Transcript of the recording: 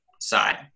side